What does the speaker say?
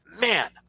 man